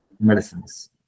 medicines